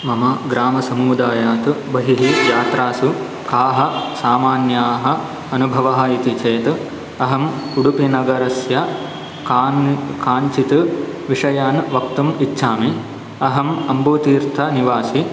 मम ग्रामसमुदायात् बहिः यात्रासु काः सामान्याः अनुभवः इति चेत् अहम् उडुपिनगरस्य कान् काञ्चित् विषयान् वक्तुम् इच्छामि अहम् अम्बुतीर्थनिवासि